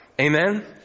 Amen